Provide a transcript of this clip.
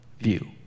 view